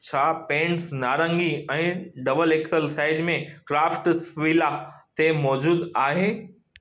छा पैंट्स नारंगी ऐं ड्बल एक्सल साईज़ में क्राफ्ट्सविला ते मौज़ूदु आहे